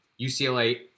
UCLA